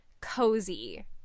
cozy